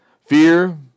Fear